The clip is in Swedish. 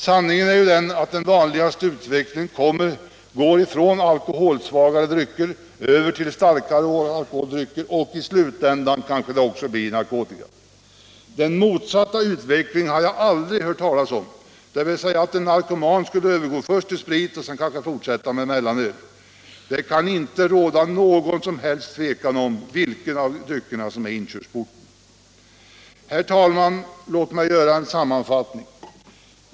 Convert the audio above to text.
Sanningen är ju den att den vanligaste utvecklingen går från alkoholsvagare drycker över till starkare, och i slutänden kanske det också blir narkotika. Den motsatta utvecklingen har jag aldrig hört talas om, dvs. att en narkoman först skulle övergå till sprit och sedan kanske fortsätta med mellanöl. Det kan inte råda något som helst tvivel om vilken av dryckerna som är inkörsporten. Herr talman! Låt mig göra en sammanfattning.